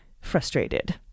frustrated